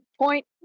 point